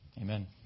amen